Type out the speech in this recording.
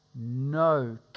no